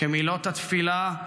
כמילות התפילה: